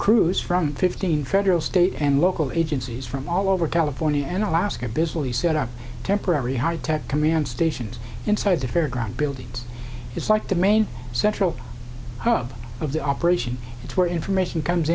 crews from fifteen federal state and local agencies from all over california and alaska busily set up temporary high tech command stations inside the fairground buildings it's like the main central hub of the operation it's where information comes